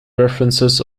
references